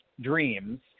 dreams